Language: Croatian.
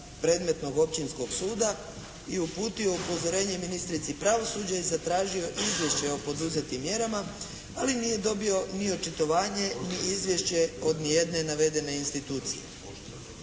predmetnog općinskog suda i uputio upozorenje ministrici pravosuđa i zatražio izvješće o poduzetim mjerama ali nije dobio ni očitovanje ni izvješće od ni jedne navedene institucije.